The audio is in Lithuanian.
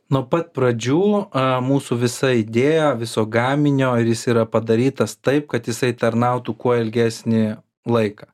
nuo pat pradžių a mūsų visa idėja viso gaminio ir jis yra padarytas taip kad jisai tarnautų kuo ilgesnį laiką